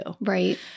Right